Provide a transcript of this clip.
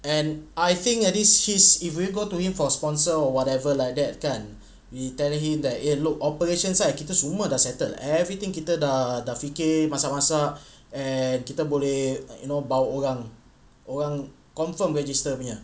and I think at this his if we go to him for sponsor or whatever like that kan we telling him that eh looked operations side kita semua dah settled everything kita dah dah fikir masak-masak and kita boleh you know bawa orang-orang confirm register punya